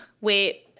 Wait